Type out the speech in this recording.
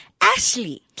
Ashley